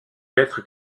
lettres